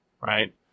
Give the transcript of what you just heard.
Right